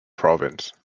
province